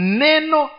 neno